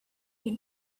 you